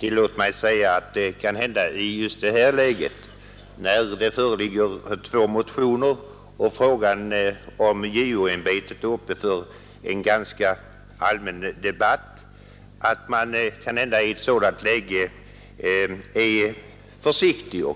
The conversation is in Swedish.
Tillåt mig säga att i just detta läge, när det föreligger två motioner och frågan om JO-ämbetet är föremål för en ganska allmän debatt, är man litet försiktig —